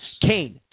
Kane